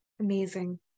Amazing